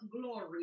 glory